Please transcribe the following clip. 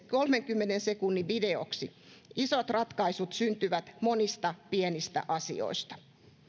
kolmenkymmenen sekunnin videoksi isot ratkaisut syntyvät monista pienistä asioista